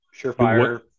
Surefire